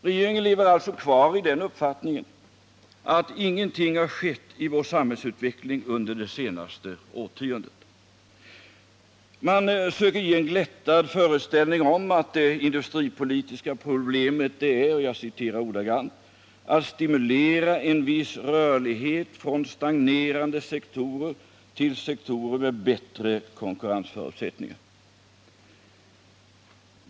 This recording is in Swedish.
Regeringen lever alltså kvar i den uppfattningen att ingenting har skett i vår samhällsutveckling under det senaste årtiondet. Man söker ge en glättad föreställning om att det industripolitiska problemet är att ”stimulera en viss rörlighet från stagnerande sektorer till sektorer med bättre konkurrensförutsättningar”.